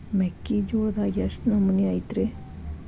ಮೆಕ್ಕಿಜೋಳದಾಗ ಎಷ್ಟು ನಮೂನಿ ಐತ್ರೇ?